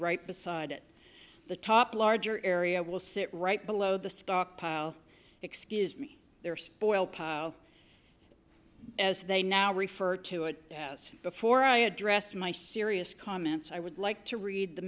right beside it the top larger area will sit right below the stockpile excuse me they're spoiled as they now refer to it as before i address my serious comments i would like to read